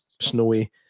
snowy